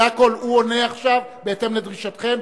הוא עונה עכשיו בהתאם לדרישתכם,